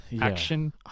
Action